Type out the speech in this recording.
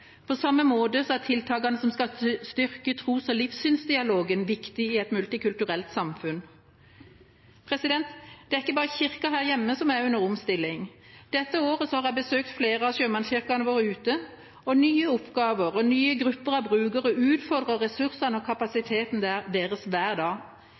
På samme måte er tiltakene som skal styrke tros- og livssynsdialogen, viktig i et multikulturelt samfunn. Det er ikke bare Kirken her hjemme som er under omstilling. Dette året har jeg besøkt flere av sjømannskirkene våre ute, og nye oppgaver og nye grupper av brukere utfordrer ressursene og kapasiteten deres hver dag.